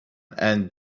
and